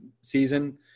season